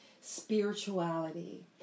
spirituality